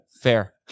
Fair